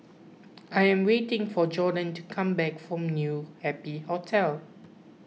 I am waiting for Gorden to come back from New Happy Hotel